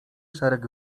szereg